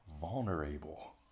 Vulnerable